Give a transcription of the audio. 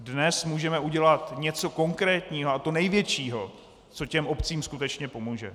Dnes můžeme udělat něco konkrétního, a to největšího, co těm obcím skutečně pomůže.